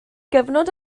gyfnod